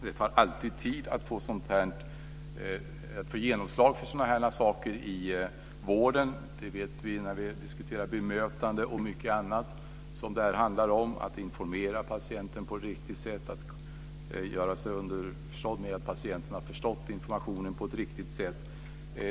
Det tar alltid tid att få genomslag för sådana här saker i vården. Det vet vi när vi diskuterar bemötanden och mycket annat som det här handlar om. Det handlar om att informera patienten på ett riktigt sätt och om att försäkra sig om att patienten har förstått informationen på ett riktigt sätt.